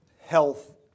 health